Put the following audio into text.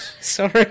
Sorry